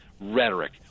rhetoric